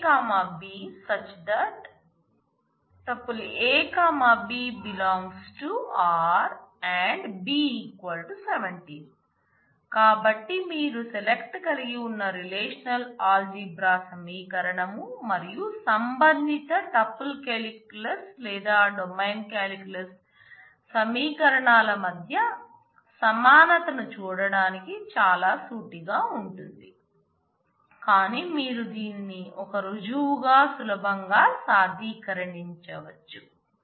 a b| a b€r b17 కాబట్టి మీరు select సమీకరణాలు మధ్య సమానతను చూడటానికి చాలా సూటిగా ఉంటుంది కానీ మీరు దీనిని ఒక రుజువుగా సులభంగా సాధారణీకరించవచ్చు